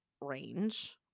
range